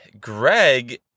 Greg